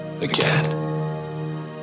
again